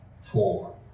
four